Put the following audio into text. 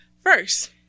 first